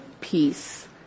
peace